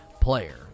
player